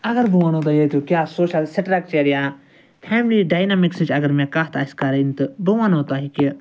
اَگر بہٕ وَنہو تۄہہِ یتیٛک کیٛاہ سوشَل سِٹرَکچَر یا فیملی ڈاینامِکسٕچ اَگر مےٚ کَتھ آسہِ کَرٕنۍ تہٕ بہٕ وَنہو تۄہہِ کہِ